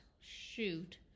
shoot